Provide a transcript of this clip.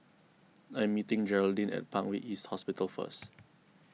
I am meeting Geraldine at Parkway East Hospital first